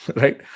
right